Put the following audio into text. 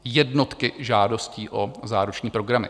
Jednotky žádostí o záruční programy.